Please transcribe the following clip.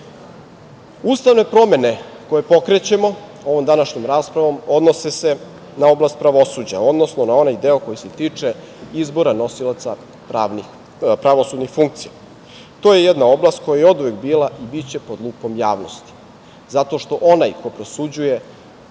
odnosa. Ustavne promene koje pokrećemo ovom današnjom raspravom odnose se na oblast pravosuđa, odnosno na onaj deo koji se tiče izbora nosioca pravosudnih funkcija. To je jedna oblast koja je oduvek bila i biće pod lupom javnosti, zato što onaj koji prosuđuje